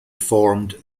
formed